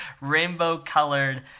rainbow-colored